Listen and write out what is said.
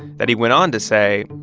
that he went on to say,